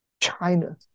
China